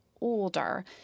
older